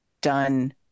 done